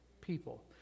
People